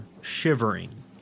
shivering